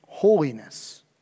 Holiness